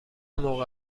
موقع